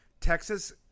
Texas